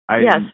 Yes